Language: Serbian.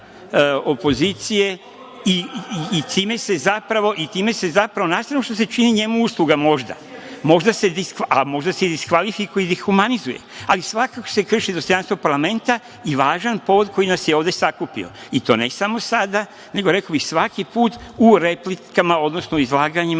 opozicije i time se zapravo, na stranu što se čini njemu usluga, možda, a možda se i diskvalifikuje ili humanizuje, ali svakako se krši dostojanstvo parlamenta i važan povod koji nas je ovde sakupio, i to ne samo sada nego, rekao bih, svaki put u replikama, odnosno izlaganjima